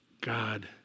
God